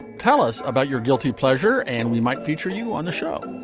tell us about your guilty pleasure and we might feature you on the show.